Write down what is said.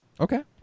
Okay